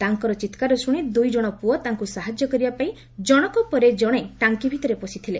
ତାଙ୍କର ଚିତ୍କାର ଶୁଣି ଦୁଇ ଜଣ ପୁଅ ତାଙ୍କୁ ସାହାଯ୍ୟ କରିବା ପାଇଁ ଜଣଙ୍କ ପରେ ଜଣେ ଟାଙ୍କି ଭିତରେ ପସିଥିଲେ